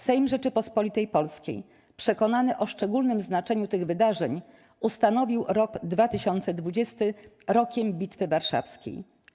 Sejm Rzeczypospolitej Polskiej, przekonany o szczególnym znaczeniu tych wydarzeń, ustanowił rok 2020 Rokiem Bitwy Warszawskiej.